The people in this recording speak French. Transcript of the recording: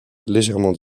légèrement